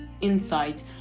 insight